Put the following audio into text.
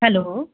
hello